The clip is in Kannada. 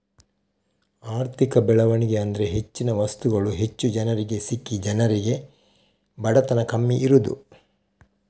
ಆರ್ಥಿಕ ಬೆಳವಣಿಗೆ ಅಂದ್ರೆ ಹೆಚ್ಚಿನ ವಸ್ತುಗಳು ಹೆಚ್ಚು ಜನರಿಗೆ ಸಿಕ್ಕಿ ಜನರಿಗೆ ಬಡತನ ಕಮ್ಮಿ ಇರುದು